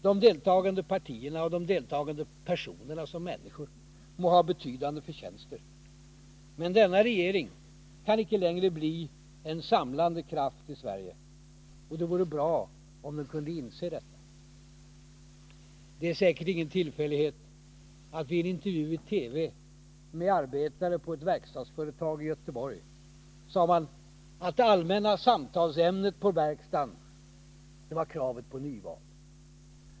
De deltagande partierna och de deltagande personerna som människor må ha betydande förtjänster. Men denna regering kan icke längre bli en samlande kraft i Sverige, och det vore bra om den kunde inse detta. Det är säkert ingen tillfällighet att man vid en intervju i TV med arbetare på ett verkstadsföretag i Göteborg sade att det allmänna samtalsämnet på verkstaden var kravet på nyval.